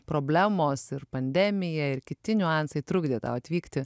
problemos ir pandemija ir kiti niuansai trukdė tau atvykti